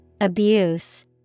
Abuse